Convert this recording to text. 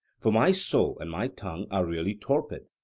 for my soul and my tongue are really torpid,